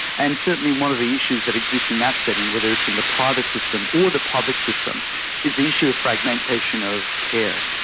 and certainly one of the issues that exist in that setting, whether it's in the private system or the public system is the issue of fragmentation of care.